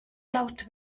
laut